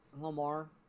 Lamar